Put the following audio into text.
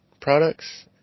products